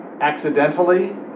accidentally